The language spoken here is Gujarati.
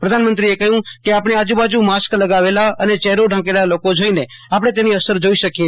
પ્રધાનમંત્રીએ કહ્યું કે આપણી આજબાજુ માસ્ક લગાવેલા અને ચેફરો ઢાંકેલા લોકોને જોઈને આપણે તેની અસર જોઈએ શકીએ